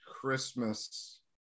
Christmas